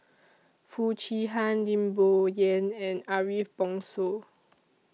Foo Chee Han Lim Bo Yam and Ariff Bongso